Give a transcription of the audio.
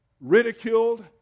Ridiculed